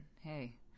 hey